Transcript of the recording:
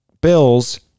bills